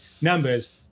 numbers